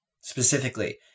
specifically